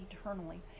eternally